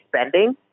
spending